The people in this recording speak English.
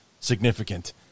significant